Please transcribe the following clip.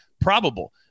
probable